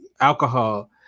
alcohol